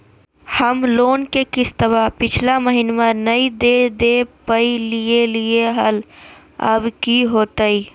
हम लोन के किस्तवा पिछला महिनवा नई दे दे पई लिए लिए हल, अब की होतई?